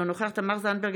אינו נוכח תמר זנדברג,